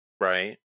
right